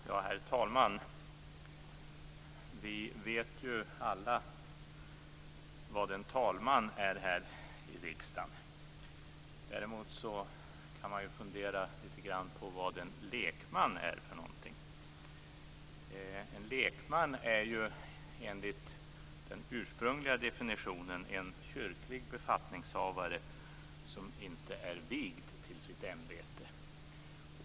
Herr talman! Vi vet alla här i riksdagen vad en talman är. Däremot kan man fundera litat på vad en lekman är. En lekman är enligt den ursprungliga definitionen en kyrklig befattningshavare som inte är vigd till sitt ämbete.